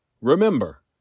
Remember